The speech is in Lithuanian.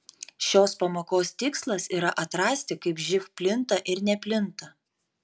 šios pamokos tikslas yra atrasti kaip živ plinta ir neplinta